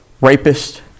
rapist